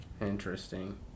Interesting